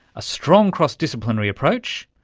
a strong cross-disciplinary approach,